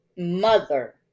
mother